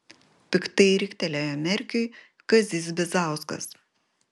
piktai riktelėjo merkiui kazys bizauskas